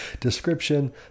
description